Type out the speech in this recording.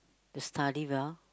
they study well